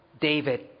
David